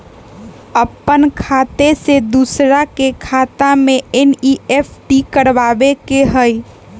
अपन खाते से दूसरा के खाता में एन.ई.एफ.टी करवावे के हई?